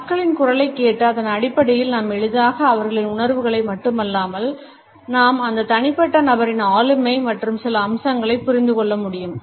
மக்களின் குரலைக் கேட்டு அதன் அடிப்படையில் நாம் எளிதாக அவர்களின் உணர்வுகளை மட்டுமல்லாமல் நாம் அந்த தனிப்பட்ட நபரின் ஆளுமை மற்றும் சில அம்சங்களை புரிந்து கொள்ள முடியும்